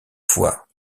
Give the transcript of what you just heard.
fois